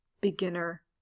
beginner